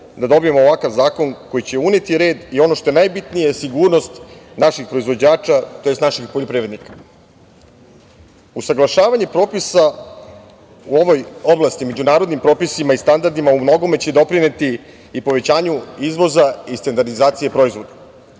da dobijemo ovakav zakon koji će uneti red i ono što je najbitnije - sigurnost naših proizvođača, tj. naših poljoprivrednika. Usaglašavanje propisa u ovoj oblasti, međunarodnim propisima i standardima, umnogome će doprineti i povećanju izvoza i standardizacije proizvoda. Ono